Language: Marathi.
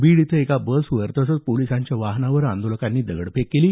बीड इथं एका बसवर तसंच पोलिसांच्या वाहनावर आंदोलकांनी दगडफेक केली